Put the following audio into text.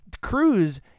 cruise